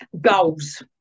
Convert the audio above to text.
goals